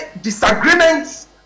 disagreements